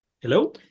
Hello